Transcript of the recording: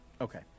Okay